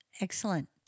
Excellent